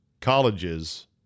colleges